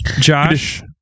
Josh